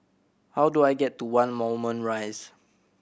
how do I get to One Moulmein Rise